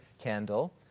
candle